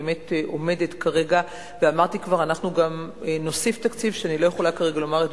אני רוצה לומר כך: